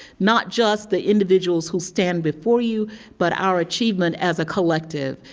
not just the individuals who stand before you but our achievement as a collective,